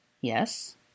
Yes